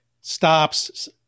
stops